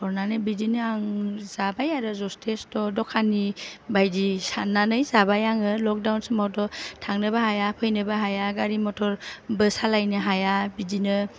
हरनानै बिदिनो आं जाबाय आरो जतेस्थ' दखाननि बायदि साननानै जाबाय आङो लकडाउन समावथ' थांनोबो हाया फैनोबो हाया गारि मथरबो सालायनो हाया बिदिनो